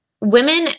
women